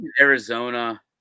Arizona